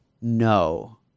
No